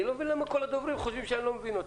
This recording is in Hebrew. אני לא מבין למה כל הדוברים חושבים שאני לא מבין אותם.